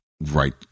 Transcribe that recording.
right